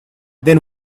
then